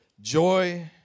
joy